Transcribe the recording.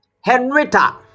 Henrietta